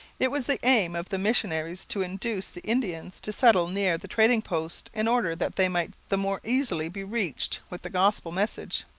it was the aim of the missionaries to induce the indians to settle near the trading-posts in order that they might the more easily be reached with the gospel message.